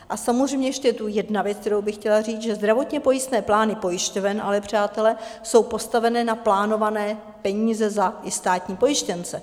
A samozřejmě ještě je tu jedna věc, kterou bych chtěla říct, že zdravotně pojistné plány pojišťoven, přátelé, jsou ale postavené na plánované peníze za i státní pojištěnce.